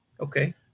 okay